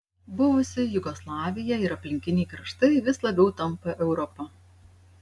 buvusi jugoslavija ir aplinkiniai kraštai vis labiau tampa europa